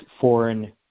foreign